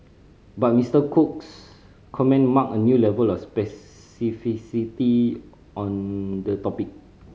but Mister Cook's comment marked a new level of specificity on the topic